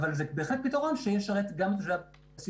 אבל זה בהחלט פתרון שישרת גם את משרתי הבסיס.